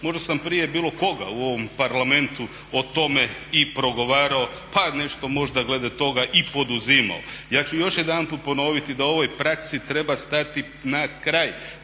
Možda sam prije bilo koga u ovom Parlamentu o tome i progovarao, pa nešto možda glede toga i poduzimao. Ja ću još jedanput ponoviti da ovoj praksi treba stati na kraj